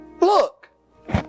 Look